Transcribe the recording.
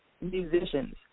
musicians